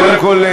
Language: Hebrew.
קודם כול,